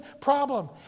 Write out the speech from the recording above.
problem